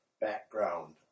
background